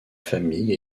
famille